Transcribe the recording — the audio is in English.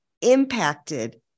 impacted